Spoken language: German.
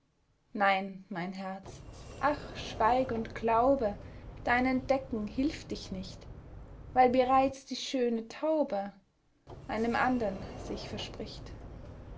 nein mein herz ach schweig und glaube dein entdecken hilft dich nicht weil bereits die schöne taube einem andern sich verspricht